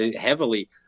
heavily